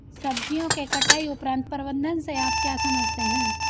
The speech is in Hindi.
सब्जियों के कटाई उपरांत प्रबंधन से आप क्या समझते हैं?